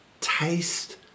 Taste